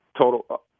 total –